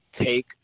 take